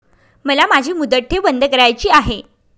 मला माझी मुदत ठेव बंद करायची आहे